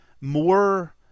more